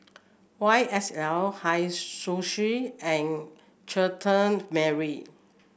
Y S L Hei Sushi and Chutney Mary